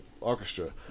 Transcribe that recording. orchestra